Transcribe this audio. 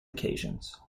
occasions